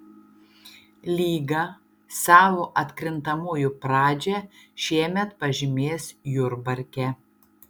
lyga savo atkrintamųjų pradžią šiemet pažymės jurbarke